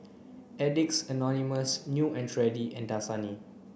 Addicts Anonymous New and Trendy and Dasani